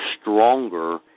stronger